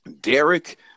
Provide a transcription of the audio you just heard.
Derek